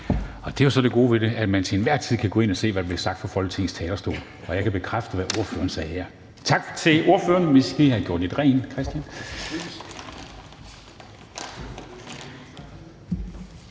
Kristensen): Det gode ved det er så, at man til enhver tid kan gå ind at se, hvad der bliver sagt fra Folketingets talerstol. Og jeg kan bekræfte, hvad ordføreren sagde her. Men tak til ordføreren. Vi skal lige have gjort lidt rent. Tak